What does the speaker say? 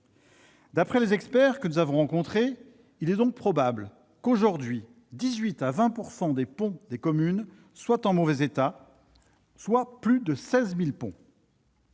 D'après les experts que nous avons rencontrés, il est donc probable que, aujourd'hui, 18 % à 20 % des ponts des communes soient en mauvais état, soit plus de 16 000